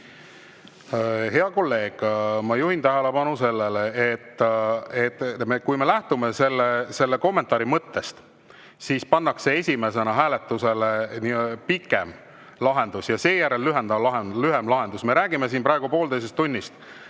Hea kolleeg! Ma juhin tähelepanu sellele, et kui me lähtume selle kommentaari mõttest, siis pannakse esimesena hääletusele pikem lahendus ja seejärel lühem lahendus. Me räägime siin praegu pooleteisest tunnist